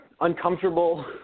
uncomfortable